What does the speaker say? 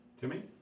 Timmy